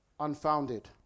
unfounded